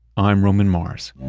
i'm roman mars